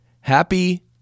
Happy